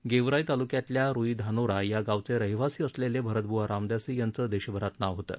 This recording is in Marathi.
गेवराई तालुक्यातल्या रुई धानोरा या गावचे रहिवासी असलेले भरतब्वा रामदासी यांचं देशभरात नाव होतं